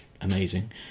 amazing